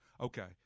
Okay